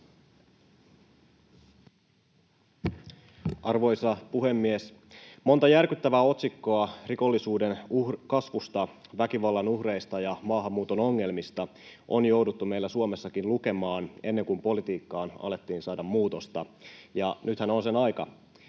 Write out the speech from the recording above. Arvoisa puhemies! Monta järkyttävää otsikkoa rikollisuuden kasvusta, väkivallan uhreista ja maahanmuuton ongelmista on jouduttu meillä Suomessakin lukemaan, ennen kuin politiikkaan alettiin saada muutosta. Nythän on sen aika.